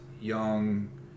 young